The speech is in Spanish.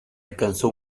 alcanzó